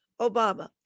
Obama